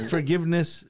Forgiveness